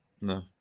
No